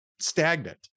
Stagnant